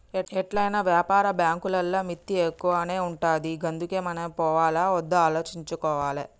ఎట్లైనా వ్యాపార బాంకులల్ల మిత్తి ఎక్కువనే ఉంటది గందుకే మనమే పోవాల్నా ఒద్దా ఆలోచించుకోవాలె